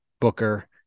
Booker